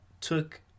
took